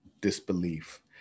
disbelief